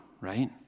right